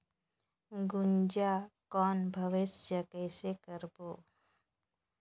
गुनजा कौन व्यवसाय कइसे करबो?